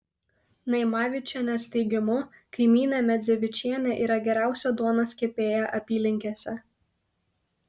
naimavičienės teigimu kaimynė medzevičienė yra geriausia duonos kepėja apylinkėse